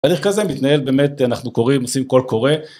הליך כזה מתנהל באמת אנחנו קוראים עושים קול קורא.